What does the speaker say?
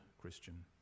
Christian